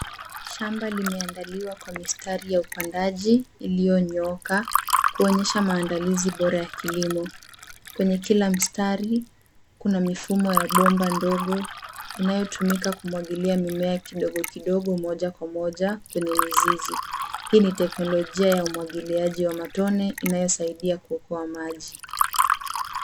Shamba limeandaliwa kwa mistari ya upandaji iliyonyooka kuonyesha maandalizi bora ya kilimo. Kwenye kila mstari kuna mifumo ya bomba ndogo, inayotumika kumwagilia mimea kidogokidogo moja kwa moja kwenye mizizi. Hii ni teknolojia ya umwagiliaji wa matone inayosaidia kuokoa maji.